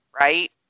right